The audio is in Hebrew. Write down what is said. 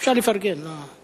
אפשר לפרגן, למה לא.